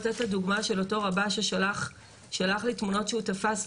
לתת את הדוגמא של אותו רב"ש ששלח לי תמונות שהוא תפס,